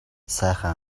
сайхан